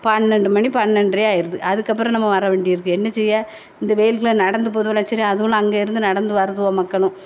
பன்னெண்டு மணி பன்னெண்ட்ரையே ஆயிடுது அதுக்கப்புறம் நம்ம வர வேண்டியிருக்கு என்ன செய்ய இந்த வெயில்க்கெலாம் நடந்து போதுவோளே சரி அதுவும் அங்கேருந்து நடந்து வருதுவோ மக்களும்